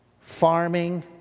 farming